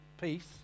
peace